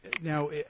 Now